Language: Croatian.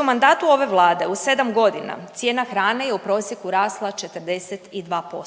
u mandatu ove Vlade u sedam godina cijena hrane je u prosjeku rasla 42%.